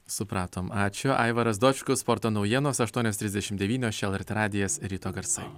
supratom ačiū aivaras dočkus sporto naujienos aštuonios trisdešim devynios čia lrt radijas ryto garsai